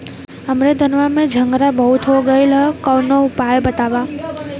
हमरे धनवा में झंरगा बहुत हो गईलह कवनो उपाय बतावा?